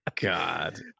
God